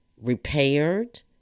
repaired